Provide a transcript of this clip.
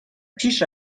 پیش